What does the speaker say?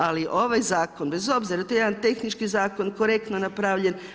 Ali ovaj zakon bez obzira, to je jedan tehnički zakon korektno napravljen.